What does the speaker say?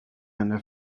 anna